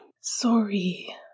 Sorry